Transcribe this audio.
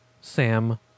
Sam